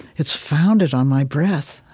it's founded on my breath,